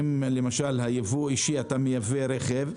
למשל, אם ביבוא אישי אתה מייבא רכב,